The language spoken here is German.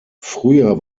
früher